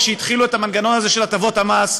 כשהתחילו את המנגנון הזה של הטבות המס,